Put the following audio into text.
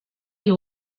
you